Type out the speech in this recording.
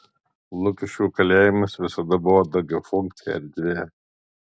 lukiškių kalėjimas visada buvo daugiafunkcė erdvė